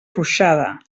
ruixada